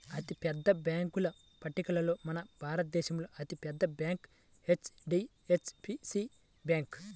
అతిపెద్ద బ్యేంకుల పట్టికలో మన భారతదేశంలో అతి పెద్ద బ్యాంక్ హెచ్.డీ.ఎఫ్.సీ బ్యాంకు